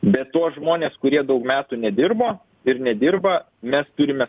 be to žmonės kurie daug metų nedirbo ir nedirba mes turime